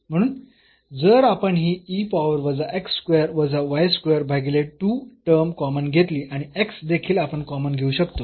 म्हणून जर आपण ही e पॉवर वजा x स्क्वेअर वजा y स्क्वेअर भागीले 2 टर्म कॉमन घेतली आणि x देखील आपण कॉमन घेऊ शकतो